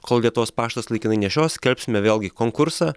kol lietuvos paštas laikinai nešios skelbsime vėlgi konkursą